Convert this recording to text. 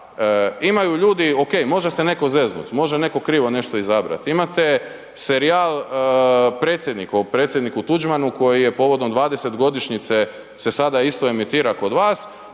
imaju ljudi, ok može se neko zeznut, može neko krivo nešto izabrat, imate serijal „Predsjednik“ o Predsjedniku Tuđmanu koji je povodom 20 godišnjice se sada isto emitira kod vas,